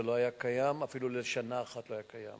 זה לא היה קיים, אפילו לשנה אחת לא היה קיים.